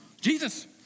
Jesus